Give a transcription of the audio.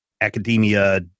academia